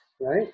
right